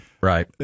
right